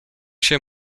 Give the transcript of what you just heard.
się